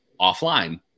offline